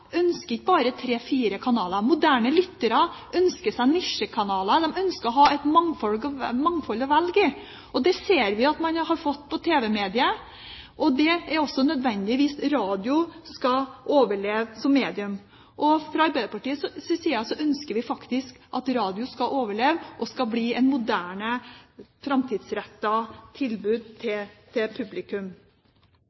ønsker ikke bare tre, fire kanaler. Moderne lyttere ønsker seg nisjekanaler, de ønsker å ha et mangfold å velge i. Det ser vi at man har fått innenfor tv-mediet, og det er også nødvendig hvis radio skal overleve som medium. Fra Arbeiderpartiets side ønsker vi faktisk at radioen skal overleve og bli et moderne, framtidsrettet tilbud til